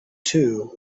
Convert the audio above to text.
too